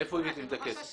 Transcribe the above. מאיפה הבאתם את הכסף?